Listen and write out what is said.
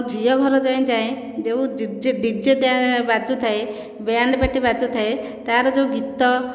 ଝିଅ ଘର ଯାଏଁ ଯେଉଁ ଜି ଡିଜେ ବାଜୁଥାଏ ବ୍ୟାଣ୍ଡ ପାର୍ଟି ବାଜୁଥାଏ ତାହାର ଯେଉଁ ଗୀତ